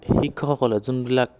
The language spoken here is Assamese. শিক্ষকসকলে যোনবিলাক